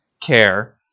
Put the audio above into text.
care